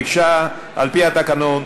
ביקשה, על-פי התקנון,